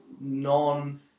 non